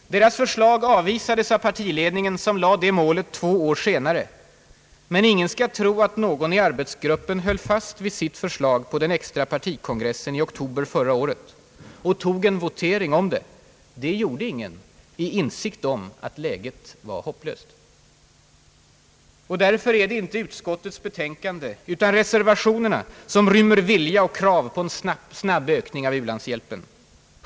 Deras förslag avvisades av partiledningen, som lade det målet två år senare. Men ingen skall tro att någon i arbetsgruppen höll fast vid sitt förslag på den extra partikongressen i oktober förra året och tog en votering om det. Det gjorde ingen — i insikt om att läget var hopplöst. Därför är det inte utskottets betänkande utan reservationerna som rymmer vilja och krav på en snabb ökning av u-landshjälpen.